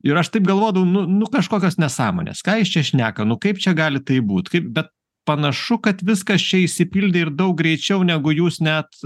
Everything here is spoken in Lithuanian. ir aš taip galvodavau nu nu kažkokios nesąmonės ką jis čia šneka nu kaip čia gali taip būt kaip bet panašu kad viskas čia išsipildė ir daug greičiau negu jūs net